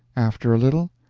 after a little,